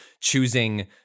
choosing